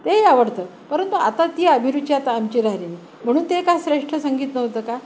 ते ही आवडतं परंतु आता ती अभिरुची आता आमची राहिली नाही म्हणून ते का श्रेष्ठ संगीत नव्हतं का